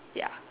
ya